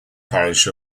parish